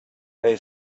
they